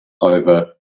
over